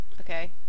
Okay